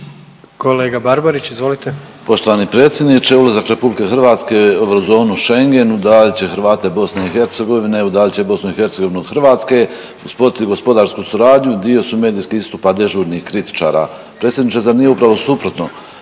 Kolega Barbarić, izvolite.